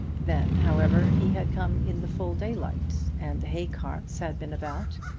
then, however, he had come in the full daylight, and the hay-carts had been about,